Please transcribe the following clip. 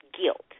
guilt